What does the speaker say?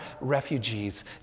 refugees